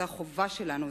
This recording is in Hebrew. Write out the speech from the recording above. וזו החובה שלנו,